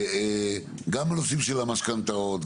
גם בנושאים של המשכנתאות,